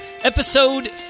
episode